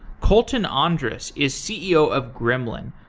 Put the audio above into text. kolton andrus is ceo of gremlin,